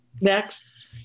Next